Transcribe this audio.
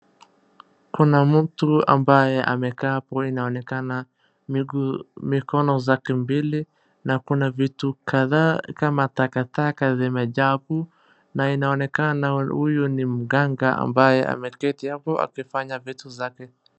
Kuna mtu ambaye amekaa hapo, inaonekana miguu, mikono zake mbili, na kuna vitu kadhaa kama takataka zimejaa hapo, na inaonekana huyu ni mganga ambaye ameketi hapo akifanya vitu zake.